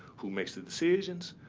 who makes the decisions,